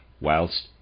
whilst